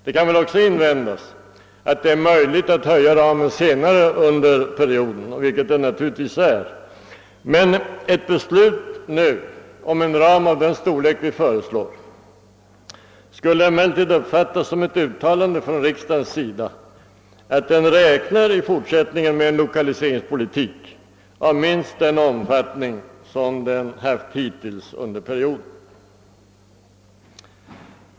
Det kan väl också invändas att det är möjligt att regeringen höjer ramen senare under perioden, men ett beslut nu om en ram av den storlek vi föreslår skulle dock uppfattas som ett uttalande från riksdagens sida att den i fortsättningen räknar med en lokaliseringspolitik av minst samma omfattning som hittills under perioden.